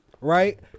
right